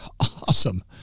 awesome